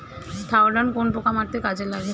Thiodan কোন পোকা মারতে কাজে লাগে?